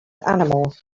animals